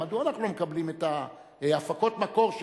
מדוע אנחנו לא מקבלים את הפקות המקור,